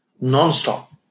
non-stop